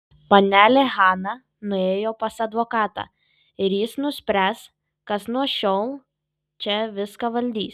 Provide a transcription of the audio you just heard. panelė hana nuėjo pas advokatą ir jis nuspręs kas nuo šiol čia viską valdys